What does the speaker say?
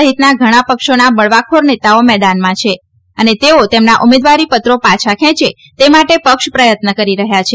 સહિતનાં ઘણા પક્ષોના બળવાખોર નેતાઓ મેદાનમાં છે અને તેઓ તેમના ઉમેદવારીપત્રો પાછા ખેંચે તે માટે પક્ષો પ્રથત્ન કરી રહ્યાં છે